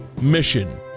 Mission